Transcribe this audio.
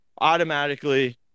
automatically